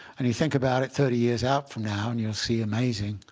and you think about it thirty years out from now. and you'll see amazing,